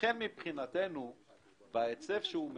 המחירים שכרגע מובאים לארץ באמצעות החברות שמביאות